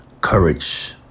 courage